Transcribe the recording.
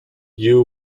you